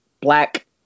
Black